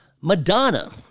Madonna